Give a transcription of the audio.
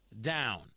down